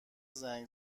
زنگ